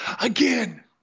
Again